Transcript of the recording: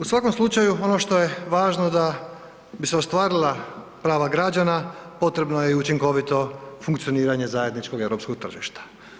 U svakom slučaju ono što je važno da bi se ostvarila prava građana potrebno je i učinkovito funkcioniranje zajedničkog europskog tržišta.